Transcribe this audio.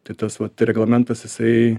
tai tas vat reglamentas jisai